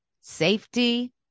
safety